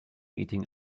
eating